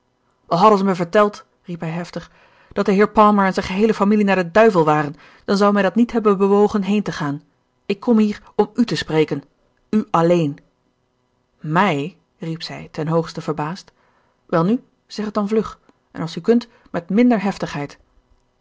hadden ze mij verteld riep hij heftig dat de heer palmer en zijn geheele familie naar den duivel waren dan zou mij dat niet hebben bewogen heen te gaan ik kom hier om u te spreken u alleen mij riep zij ten hoogste verbaasd welnu zeg het dan vlug en als u kunt met minder